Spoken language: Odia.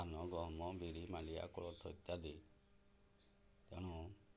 ଧାନ ଗହମ ବିରି ମାଲିଆ କୋଳଥ ଇତ୍ୟାଦି ତେଣୁ